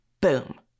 boom